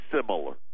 similar